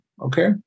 okay